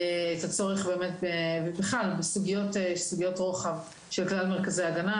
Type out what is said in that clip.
את הצורך ובכלל בסוגיות רוחב של כלל מרכזי ההגנה.